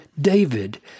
David